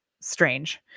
Strange